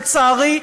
לצערי,